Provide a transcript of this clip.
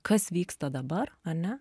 kas vyksta dabar ane